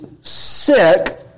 sick